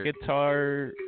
guitar